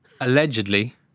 Allegedly